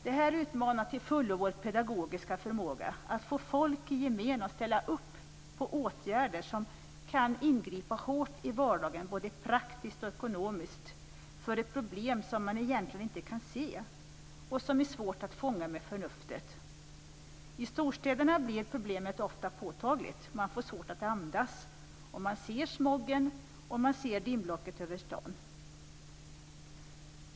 Det här utmanar till fullo vår pedagogiska förmåga att få folk i gemen att ställa upp på åtgärder som kan ingripa hårt i vardagen både praktiskt och ekonomiskt för att lösa ett problem som man egentligen inte kan se och som är svårt att fånga med förnuftet. I storstäderna blir problemet ofta påtagligt. Man får svårt att andas och man ser smogen och dimblocket över staden.